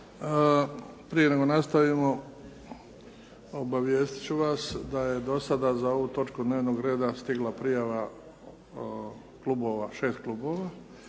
Prije nego nastavimo obavijestiti ću vas da je do sada za ovu točku dnevnog reda stigla prijava 6 klubova